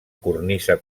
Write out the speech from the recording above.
cornisa